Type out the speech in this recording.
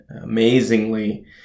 amazingly